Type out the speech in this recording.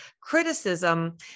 criticism